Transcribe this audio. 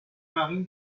mari